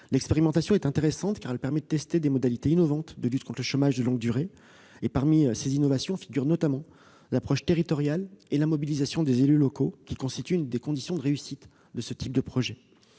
expérimentation est intéressante, car elle permet de tester des modalités innovantes de lutte contre le chômage de longue durée. Parmi ces innovations figurent notamment l'approche territoriale et la mobilisation des élus locaux, qui constituent une condition de réussite du projet.